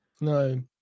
no